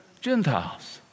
Gentiles